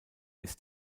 ist